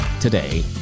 today